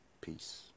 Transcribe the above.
peace